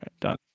Done